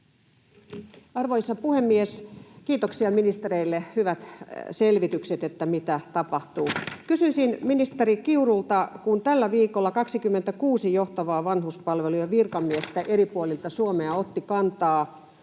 Arvoisa puhemies! Kiitoksia ministereille — hyvät selvitykset, mitä tapahtuu. Kysyisin ministeri Kiurulta, kun tällä viikolla 26 johtavaa vanhuspalvelujen virkamiestä eri puolilta Suomea otti kantaa